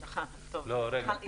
לא רציתי